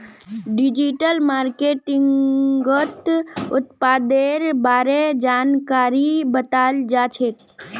digital मार्केटिंगत उत्पादेर बारे जानकारी बताल जाछेक